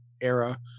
era